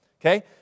Okay